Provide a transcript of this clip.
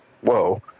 Whoa